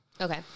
Okay